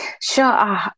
Sure